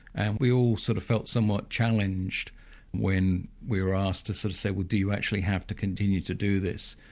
and we all sort of felt somewhat challenged when we were asked to sort of say well do you actually have to continue to do this?